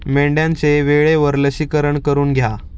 मेंढ्यांचे वेळेवर लसीकरण करून घ्या